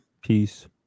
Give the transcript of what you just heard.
Peace